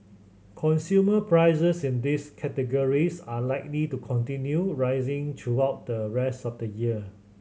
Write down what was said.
consumer prices in these categories are likely to continue rising throughout the rest of the year